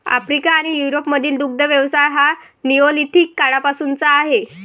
Africa आणि युरोपमधील दुग्ध व्यवसाय हा निओलिथिक काळापासूनचा आहे